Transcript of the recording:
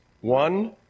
one